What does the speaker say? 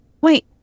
Wait